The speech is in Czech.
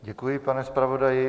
Děkuji, pane zpravodaji.